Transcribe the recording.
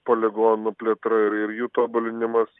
poligonų plėtra ir ir jų tobulinimas